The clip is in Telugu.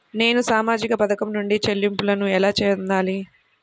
నేను సామాజిక పథకం నుండి చెల్లింపును ఎలా పొందాలి?